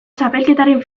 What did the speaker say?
txapelketaren